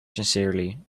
sincerely